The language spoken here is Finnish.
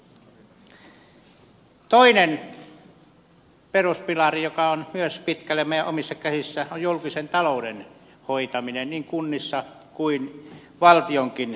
toinen peruspilari joka on myös pitkälle meidän omissa käsissämme on julkisen talouden hoitaminen niin kunnissa kuin valtionkin taloudessa